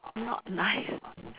not nice